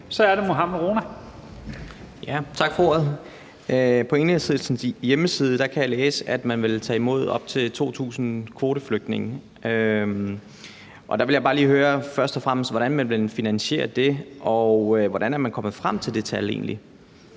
Kl. 17:56 Mohammad Rona (M): Tak for ordet. På Enhedslistens hjemmeside kan jeg læse, at man vil tage imod op til 2.000 kvoteflygtninge. Der vil jeg først og fremmest bare lige høre, hvordan man vil finansiere det, og hvordan man egentlig er kommet frem til det tal.